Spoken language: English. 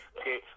Okay